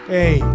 Hey